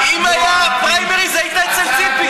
יואב קיש, אם היו פריימריז אתה היית אצל ציפי.